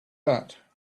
that